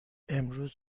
امروز